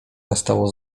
nastało